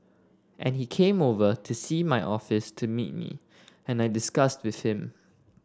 and he came over to see my office to meet me and I discussed with him